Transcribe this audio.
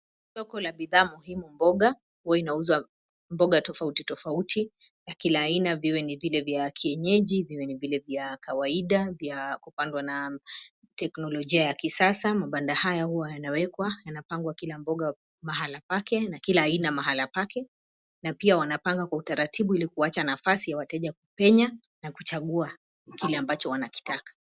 Soko la bidhaa muhimu mboga huwa inauzwa mboga tofauti tofauti na kila aina viwe ni vile vya kienyeji , viwe ni vile vya kawaida vya kupandwa na teknolojia ya kisasa . Mabanda haya huwa yanawekwa yanapangwa kila mboga mahala pake na kila aina mahala pake na pia wanapanga kwa utaratibu ili kuacha nafasi ya wateja kupenya na kuchagua kile ambacho wanakitaka .